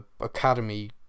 academy